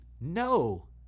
No